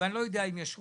ואני לא יודע אם יש רוב,